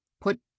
Put